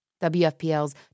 WFPL's